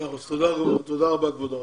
מאה אחוז, תודה רבה כבוד הרב.